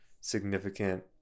significant